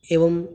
एवं